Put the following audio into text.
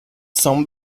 some